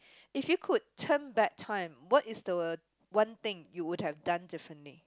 if you could turn back time what is the one thing you would have done differently